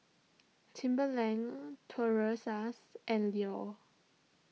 Timberland Toros Us and Leo